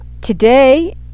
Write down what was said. today